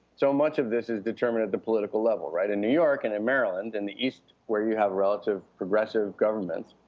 so much of this is determined at the political level, right. in new york and in maryland, in the east where you have relative progressive governments,